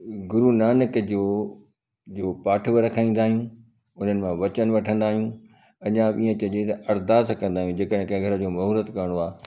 गुरुनानक जो जो पाठ बि रखाईंदा आहियूं उन्हनि मां वचन वठंदा आहियूं अञा बि ईअं चइजे अरदास कंदा आहियूं जे करे कंहिं घर जो मुहूरत करिणो आहे